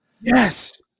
Yes